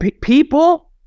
people